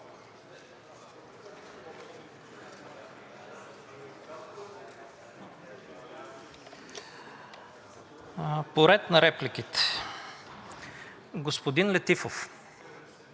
По реда на репликите. Господин Летифов,